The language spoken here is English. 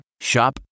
Shop